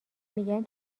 میگن